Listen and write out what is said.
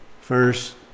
first